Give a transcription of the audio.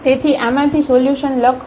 તેથી આમાંથી સોલ્યુશન લખવું